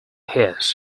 his